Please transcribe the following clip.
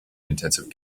intensive